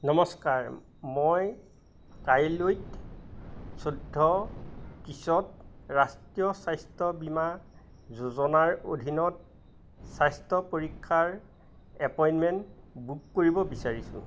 নমস্কাৰ মই কাইলৈত চৈধ্য ত্ৰিছত ৰাষ্ট্ৰীয় স্বাস্থ্য বীমা যোজনাৰ অধীনত স্বাস্থ্য পৰীক্ষাৰ এপইণ্টমেণ্ট বুক কৰিব বিচাৰিছোঁ